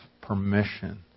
permission